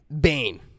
Bane